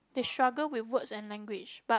they struggle with words and language but